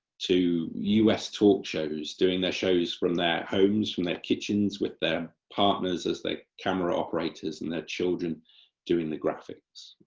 to us talk shows doing their shows from their homes, from their kitchens, with their partners as their camera operators, and their children doing the graphics,